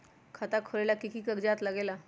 खाता खोलेला कि कि कागज़ात लगेला?